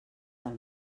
del